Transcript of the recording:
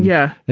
yeah.